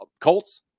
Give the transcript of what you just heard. Colts